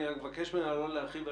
אני רק מבקש ממנה לקצר.